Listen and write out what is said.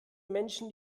menschen